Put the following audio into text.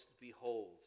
behold